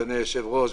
אדוני היושב-ראש,